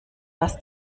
was